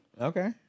Okay